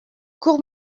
court